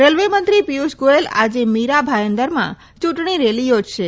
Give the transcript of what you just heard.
railway મંત્રી પિયુષ ગોયલ આજે મીરા ભાઇન્દરમાં યુંટણી રેલી યોજશે